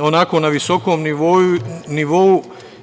onako na visokom nivou i ovaj